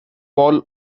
ball